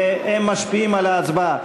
והם משפיעים על ההצבעה.